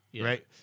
right